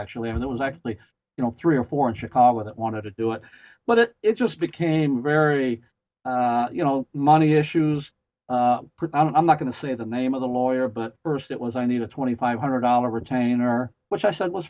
actually and it was actually you know three or four in chicago that wanted to do it but it just became very you know money issues part i'm not going to say the name of the lawyer but first it was i need a twenty five hundred dollars retainer which i said was